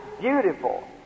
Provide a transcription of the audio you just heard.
beautiful